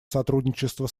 сотрудничества